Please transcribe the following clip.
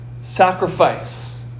Sacrifice